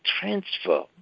transfer